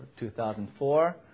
2004